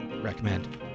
recommend